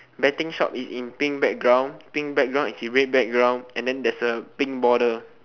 betting shop is in pink background pink background is in red background and then there's a pink border